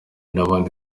n’abandi